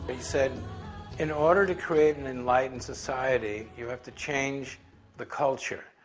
he said in order to create an enlightened society, you have to change the culture,